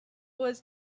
was